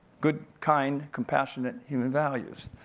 good, kind, compassionate human values.